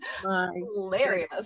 Hilarious